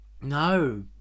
No